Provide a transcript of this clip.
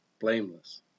blameless